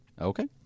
Okay